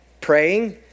praying